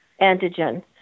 antigen